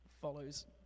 follows